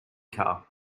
car